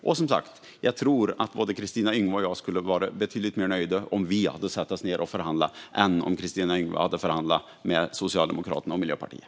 Och, som sagt: Jag tror att både Kristina Yngwe och jag skulle vara betydligt mer nöjda om vi hade satt oss ned och förhandlat än om hon hade förhandlat med Socialdemokraterna och Miljöpartiet.